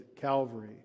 Calvary